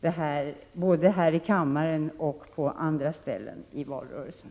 detta både här i kammaren och på andra ställen i valrörelsen.